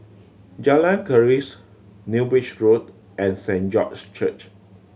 Jalan Keris New Bridge Road and Saint George Church